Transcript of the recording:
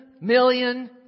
million